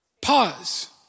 Pause